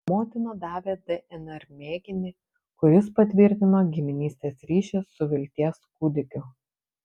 motina davė dnr mėginį kuris patvirtino giminystės ryšį su vilties kūdikiu